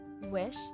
Wish